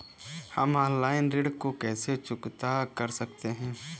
हम ऑनलाइन ऋण को कैसे चुकता कर सकते हैं?